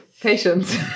Patience